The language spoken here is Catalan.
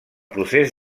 procés